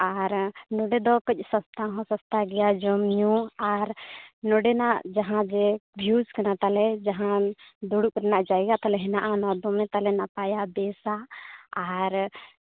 ᱟᱨ ᱱᱚᱸᱰᱮ ᱫᱚ ᱠᱟᱺᱪ ᱥᱚᱥᱛᱟ ᱦᱚᱸ ᱥᱚᱥᱛᱟ ᱜᱮᱭᱟ ᱡᱚᱢᱼᱧᱩ ᱟᱨ ᱱᱚᱸᱰᱮᱱᱟᱜ ᱡᱟᱦᱟᱸ ᱜᱮ ᱵᱷᱤᱭᱩᱡ ᱠᱟᱱᱟ ᱛᱟᱞᱮ ᱡᱟᱦᱟᱸ ᱫᱩᱲᱩᱵ ᱨᱮᱱᱟᱜ ᱡᱟᱭᱜᱟ ᱛᱟᱞᱮ ᱦᱮᱱᱟᱜᱼᱟ ᱚᱱᱟ ᱫᱚᱢᱮ ᱛᱟᱞᱮ ᱱᱟᱯᱟᱭᱟ ᱵᱮᱥᱟ ᱟᱨ